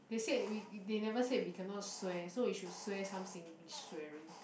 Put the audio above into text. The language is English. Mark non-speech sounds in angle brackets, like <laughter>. they said we <noise> they never said we cannot swear so we should swear some singlish swearing